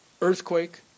earthquake